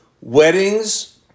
Weddings